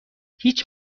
هیچ